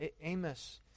Amos